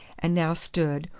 and now stood,